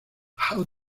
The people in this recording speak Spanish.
how